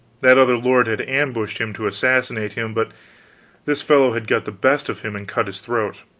that other lord had ambushed him to assassinate him, but this fellow had got the best of him and cut his throat.